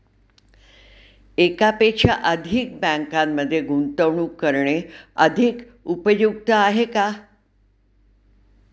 एकापेक्षा अधिक बँकांमध्ये गुंतवणूक करणे अधिक उपयुक्त आहे का?